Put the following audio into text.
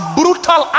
brutal